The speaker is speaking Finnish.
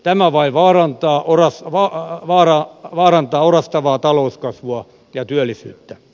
tämä vain vaarantaa orastavaa talouskasvua ja työllisyyttä